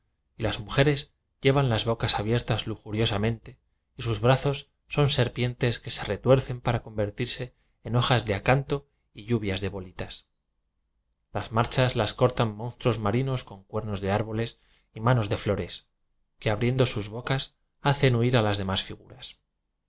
las mujeres llevan las bocas abiertas lujuriosamente y sus brazos son serpientes que se retuercen para convertirse en hojas de acanto y lluvias de bolitas las marchas las cortan mons truos marinos con cuernos de árboles y manos de flores que abriendo sus bocas hacen huir a las demás figuras